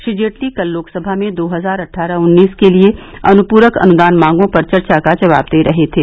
श्री जेटली कल लोकसभा में दो हजार अट्ठारह उन्नीस के लिए अनुपूरक अनुदान मांगों पर चर्चा का जवाब दे रहे थे